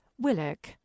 Willock